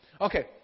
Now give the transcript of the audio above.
Okay